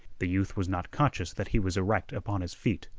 the youth was not conscious that he was erect upon his feet.